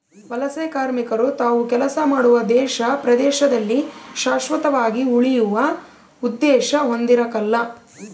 ವಲಸೆಕಾರ್ಮಿಕರು ತಾವು ಕೆಲಸ ಮಾಡುವ ದೇಶ ಪ್ರದೇಶದಲ್ಲಿ ಶಾಶ್ವತವಾಗಿ ಉಳಿಯುವ ಉದ್ದೇಶ ಹೊಂದಿರಕಲ್ಲ